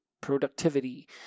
productivity